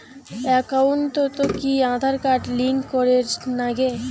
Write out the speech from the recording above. একাউন্টত কি Aadhaar card link করের নাগে?